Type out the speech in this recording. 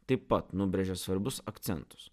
taip pat nubrėžė svarbius akcentus